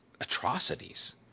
atrocities